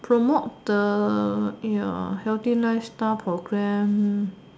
promote the ya healthy lifestyle programme